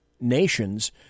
nations